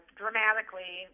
dramatically